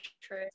true